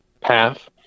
path